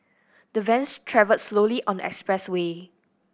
the vans travelled slowly on the expressway